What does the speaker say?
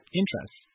interest